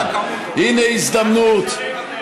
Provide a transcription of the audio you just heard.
תדבר, לאן נעלמתם?